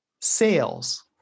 sales